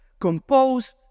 composed